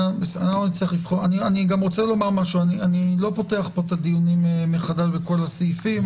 אני לא פותח פה את הדיונים מחדש בכל הסעיפים.